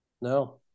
No